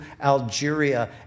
Algeria